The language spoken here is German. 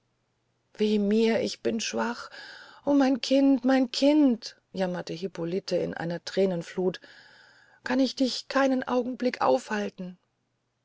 weh mir ich bin schwach o mein kind mein kind jammerte hippolite in einer thränenfluth kann ich dich keinen augenblick aufhalten